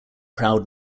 proud